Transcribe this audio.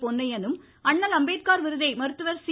பொன்னையனும் அண்ணல் அம்பேத்கர் விருதை மருத்துவர் சி